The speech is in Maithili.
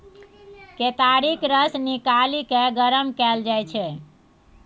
केतारीक रस निकालि केँ गरम कएल जाइ छै